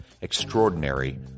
Extraordinary